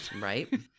Right